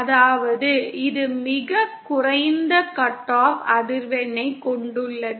அதாவது இது மிகக் குறைந்த கட் ஆஃப் அதிர்வெண்ணைக் கொண்டுள்ளது